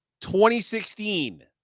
2016